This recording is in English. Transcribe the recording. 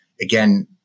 again